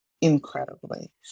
incredibly